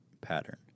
pattern